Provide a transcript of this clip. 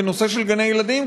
בנושא של גני-ילדים,